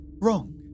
wrong